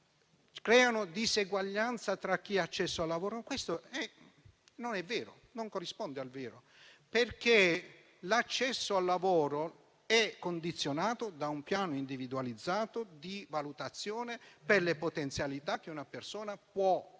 creano diseguaglianze tra chi ha accesso al lavoro; non è vero, non corrisponde a verità. L'accesso al lavoro è condizionato da un piano individualizzato di valutazione per le potenzialità che una persona può e